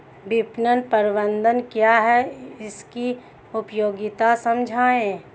विपणन प्रबंधन क्या है इसकी उपयोगिता समझाइए?